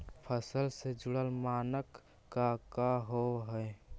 फसल से जुड़ल मानक का का होव हइ?